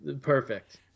Perfect